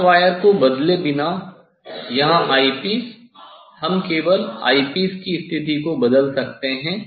cross wire को बदले बिना यहां आईपीस हम केवल आईपीस की स्थिति को बदल सकते हैं